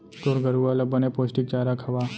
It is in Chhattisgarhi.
तोर गरूवा ल बने पोस्टिक चारा खवा